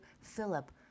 philip